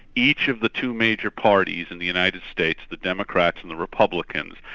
each of the two major parties in the united states, the democrats and the republicans,